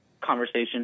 conversation